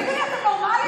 תגידו לי, אתם נורמליים?